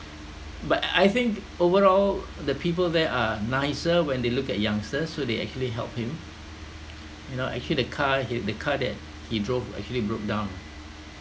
but I think overall the people there are nicer when they look at youngsters so they actually help him you know actually the car he had the car that he drove actually broke down